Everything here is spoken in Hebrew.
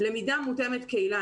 למידה מותאמת קהילה,